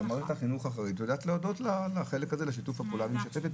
ומערכת החינוך החרדית יודעת להודות על שיתוף הפעולה.